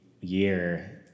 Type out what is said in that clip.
year